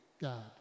God